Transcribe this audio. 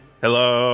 Hello